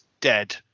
dead